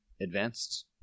advanced